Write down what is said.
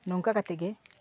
ᱱᱚᱝᱠᱟ ᱠᱟᱛᱮ ᱜᱮ